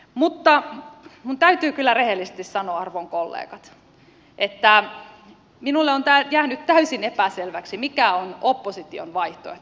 mutta minun täytyy kyllä rehellisesti sanoa arvon kollegat että minulle on jäänyt täysin epäselväksi mikä on opposition vaihtoehto